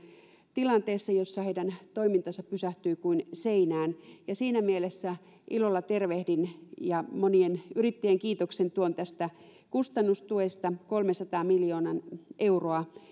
tilanteessa jossa heidän toimintansa pysähtyy kuin seinään siinä mielessä ilolla tervehdin ja monien yrittäjien kiitoksen tuon tästä kustannustuesta kolmesataa miljoonaa euroa